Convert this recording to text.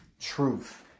truth